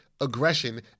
aggression